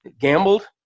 gambled